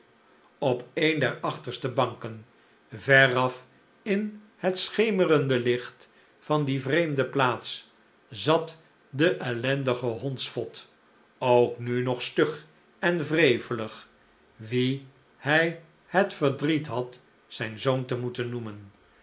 op een der achterste banken veraf in het schemerende licht van die vreemde plaats zat de ellendige hondsvot ook nu nog stug en wrevelig wien hij het verdriet had zijn zoon te moeten noemen